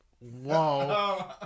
Whoa